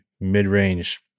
mid-range